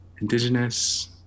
indigenous